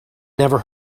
never